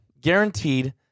guaranteed